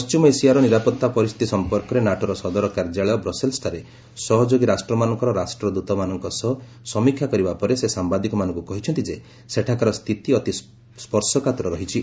ପଶ୍ଚିମ ଏସିଆର ନିରାପତ୍ତା ପରିସ୍ଥିତି ସମ୍ପର୍କରେ ନାଟୋର ସଦର କାର୍ଯ୍ୟାଳୟ ବ୍ରସେଲ୍ଟଠାରେ ସହଯୋଗୀ ରାଷ୍ଟ୍ରମାନଙ୍କର ରାଷ୍ଟ୍ରଦ୍ରତାମାନଙ୍କ ସହ ସମୀକ୍ଷା କରିବା ପରେ ସେ ସାମ୍ଭାଦିକମାନଙ୍କୁ କହିଛନ୍ତି ଯେ ସେଠାକାର ସ୍ଥିତି ଅତି ସ୍ୱର୍ଶକାତର ରହିଛି